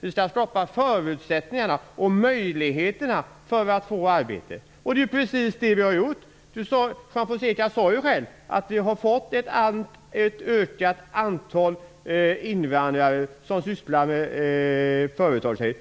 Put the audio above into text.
Vi skall skapa förutsättningar och möjligheter att få arbete. Det är precis vad vi har gjort! Juan Fonseca sade själv att vi har fått ett ökat antal invandrare som sysslar med företagsamhet.